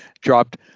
dropped